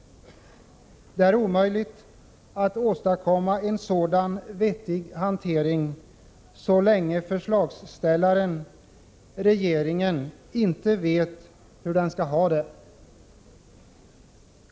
Det är omöjligt att åstadkomma en vettig hantering så länge förslagställaren, regeringen, inte vet hur den skall ha det.